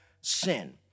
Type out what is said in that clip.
sin